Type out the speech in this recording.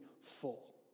full